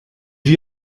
vit